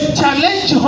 challenge